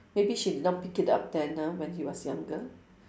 maybe she did not pick it up then ah when he was younger